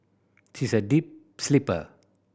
she is a deep sleeper